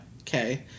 Okay